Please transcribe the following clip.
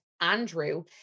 Andrew